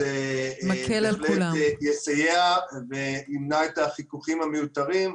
זה בהחלט יסייע וימנע את החיכוכים המיותרים.